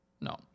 No